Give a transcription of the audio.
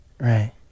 Right